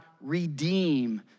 redeem